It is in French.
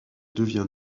devient